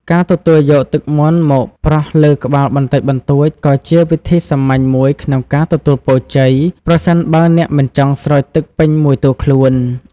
ការទទួលយកទឹកមន្តមកប្រោះលើក្បាលបន្តិចបន្តួច ក៏ជាវិធីសាមញ្ញមួយក្នុងការទទួលពរជ័យ ប្រសិនបើអ្នកមិនចង់ស្រោចទឹកពេញមួយតួខ្លួន។